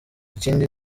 ikindi